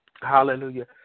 Hallelujah